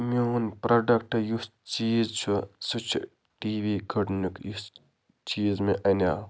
میون پرٛوٚڈَکٹ یُس چیٖز چھُ سُہ چھُ ٹی وی گۄڈٕنیُک یُس چیٖز مےٚ اَنیو